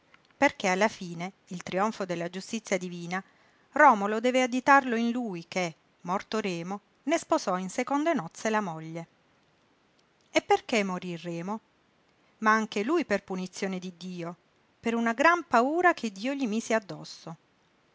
perché alla fine il trionfo della giustizia divina romolo deve additarlo in lui che morto remo ne sposò in seconde nozze la moglie e perché morí remo ma anche lui per punizione di dio per una gran paura che dio gli mise addosso